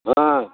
ಹ್ಞೂಂ